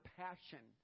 passion